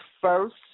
first